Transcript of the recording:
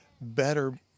better